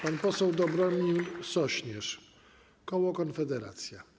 Pan poseł Dobromir Sośnierz, koło Konfederacja.